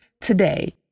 today